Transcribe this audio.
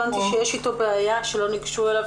הבנתי שיש איתו בעיה שלא ניגשו אליו,